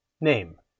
Name